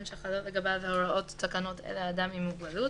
שחלות לגביו הוראות תקנות אלה אדם עם מוגבלות,